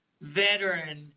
veteran